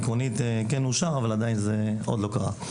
עקרונית כן אושר, אבל עדיין זה עוד לא קרה.